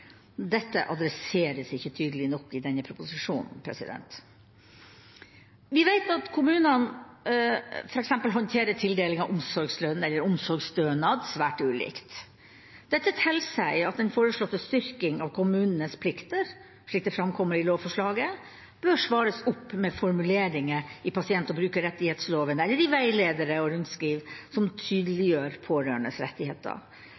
Dette adresseres ikke tydelig nok i denne proposisjonen. Vi vet at kommunene f.eks. håndterer tildeling av omsorgslønn eller omsorgsstønad svært ulikt. Dette tilsier at den foreslåtte styrkingen av kommunenes plikter, slik det framkommer i lovforslaget, bør svares opp med formuleringer i pasient- og brukerrettighetsloven eller i veiledere og rundskriv som tydeliggjør pårørendes rettigheter.